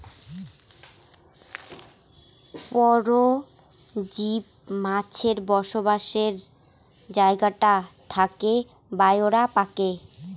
পরজীব মাছের বসবাসের জাগাটা থাকে বায়রা পাকে